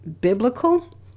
biblical